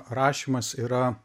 rašymas yra